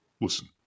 Listen